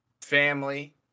family